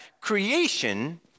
creation